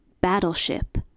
Battleship